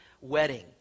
wedding